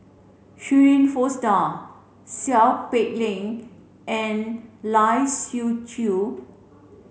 Shirin Fozdar Seow Peck Leng and Lai Siu Chiu